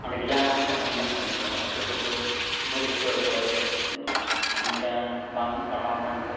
ᱢᱟᱱᱮ ᱜᱮᱭᱟᱱ ᱢᱟᱱ ᱠᱟᱛᱷᱟ ᱢᱮᱢᱮᱱ ᱥᱟᱱᱟᱹᱧᱟ ᱟᱨ ᱟᱹᱛᱩ ᱠᱚᱨᱮ ᱫᱚ ᱵᱩᱞ ᱵᱷᱩᱛᱟᱹᱲ ᱠᱚ ᱥᱮ ᱱᱤᱱᱠᱟ ᱵᱟᱝ ᱯᱟᱲᱦᱟᱣᱟᱠᱟᱱ ᱠᱚ